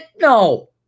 no